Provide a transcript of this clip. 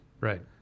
Right